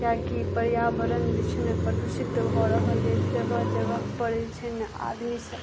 किएकि पर्यावरण जे छै ने प्रदूषित भऽ रहल अछि जगह जगह पर जे छै ने आदमी सब